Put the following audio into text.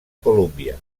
colúmbia